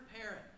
parent